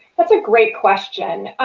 that's a great question.